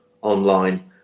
online